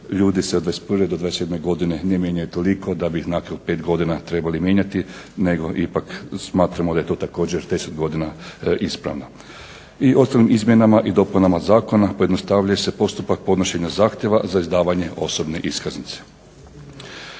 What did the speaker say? ljudi se od 21 do 27 godine ne mijenjaju toliko da bi ih nakon 5 godina trebali mijenjati nego ipak smatramo da je to također 10 godina ispravno. I ostalim izmjenama i dopunama zakona pojednostavljuje se postupak podnošenja zahtjeva za izdavanje osobne iskaznice.